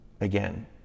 again